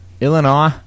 Illinois